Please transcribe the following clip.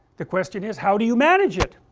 the question is how do you manage it?